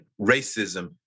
racism